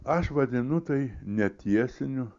aš vadinu tai netiesiniu